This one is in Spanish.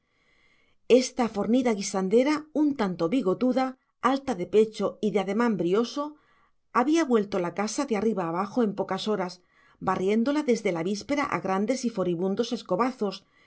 esta fornida guisandera un tanto bigotuda alta de pecho y de ademán brioso había vuelto la casa de arriba abajo en pocas horas barriéndola desde la víspera a grandes y furibundos escobazos